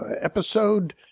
episode